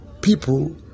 people